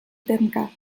termcat